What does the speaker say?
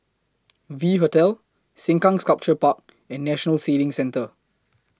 V Hotel Sengkang Sculpture Park and National Sailing Centre